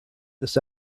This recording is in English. this